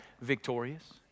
Victorious